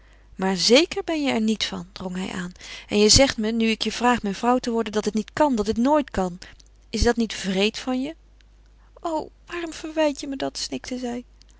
maar zeker ben je er niet van drong hij aan en je zegt me nu ik je vraag mijn vrouw te worden dat het niet kan dat het nooit kan is dat niet wreed van je o waarom verwijt je me dat snikte zij